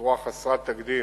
בצורה חסרת תקדים.